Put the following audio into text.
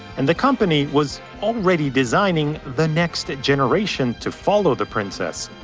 and the company was already designing the next generation to follow the princess.